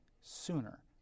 sooner